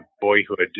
boyhood